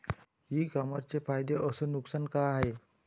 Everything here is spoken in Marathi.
इ कामर्सचे फायदे अस नुकसान का हाये